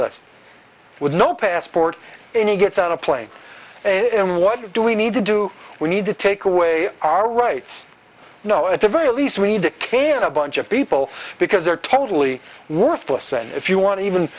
list with no passport and he gets on a plane and what do we need to do we need to take away our rights you know at the very least we need to can a bunch of people because they're totally worthless and if you want to even